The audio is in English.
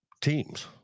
teams